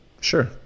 sure